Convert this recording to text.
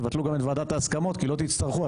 תבטלו גם את ועדת ההסכמות כי לא תצטרכו.